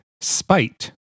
spite